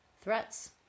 Threats